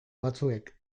batzuek